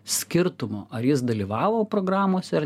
skirtumo ar jis dalyvavo programose ar